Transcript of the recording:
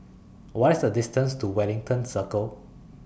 What IS The distance to Wellington Circle